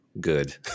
good